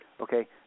Okay